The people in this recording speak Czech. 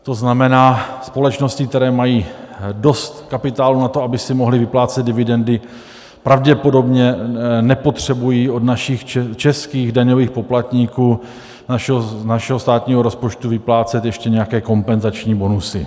To znamená, společnosti, které mají dost kapitálu na to, aby si mohly vyplácet dividendy, pravděpodobně nepotřebují od našich českých daňových poplatníků z našeho státního rozpočtu vyplácet ještě nějaké kompenzační bonusy.